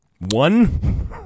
One